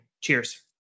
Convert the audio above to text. Cheers